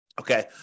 Okay